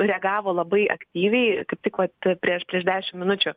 reagavo labai aktyviai kaip tik vat prieš prieš dešimt minučių